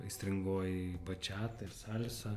aistringoji bačiata ir salsa